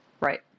right